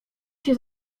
się